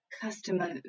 customer